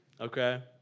okay